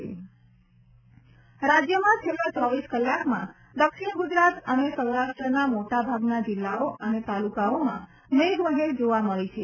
ચોમાસ્ રાજપમાં છેલ્લા ચોવીસ કલાકમાં દક્ષિણ ગુજરાત અને સૌરાષ્ટ્રના મોટાભાગના જિલ્લાઓ અને તાલુકાઓમાં મેઘમહેર જોવા મળી છે